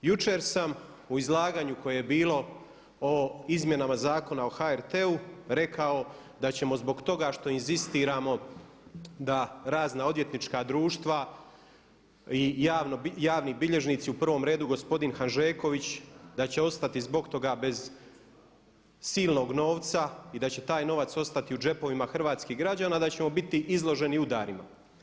Jučer sam u izlaganju koje je bilo o izmjenama Zakona o HRT-u rekao da ćemo zbog toga što inzistiramo da razna odvjetnička društva i javni bilježnici, u prvom redu gospodin Hanžeković da će ostati zbog toga bez silnog novca i da će taj novac ostati u džepovima hrvatskih građana i da ćemo biti izloženi udarima.